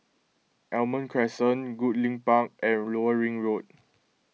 Almond Crescent Goodlink Park and Lower Ring Road